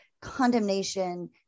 condemnation